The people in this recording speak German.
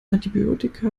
antibiotika